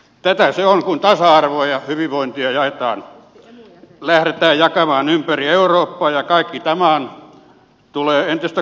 tätä se on kun tasa arvoa ja hyvinvointia lähdetään jakamaan ympäri eurooppaa ja kaikki tämä tulee entistä kalliimmaksi